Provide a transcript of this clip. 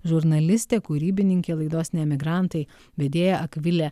žurnalistė kūrybininkė laidos ne emigrantai vedėja akvilė